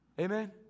amen